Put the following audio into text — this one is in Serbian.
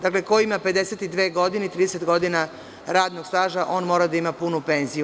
Dakle, ko ima 52 godine i 30 godina radnog staža on mora da punu penziju.